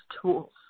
tools